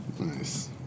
Nice